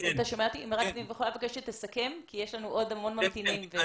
אם רק אני יכולה לבקש שתסכם כי יש לנו עוד המון ממתינים והזמן קצוב.